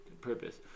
purpose